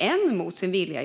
enda person, mot sin vilja.